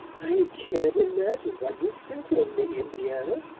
i can't imagine what you think of me, indiana!